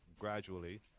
Gradually